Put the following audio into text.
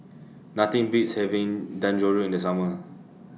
Nothing Beats having Dangojiru in The Summer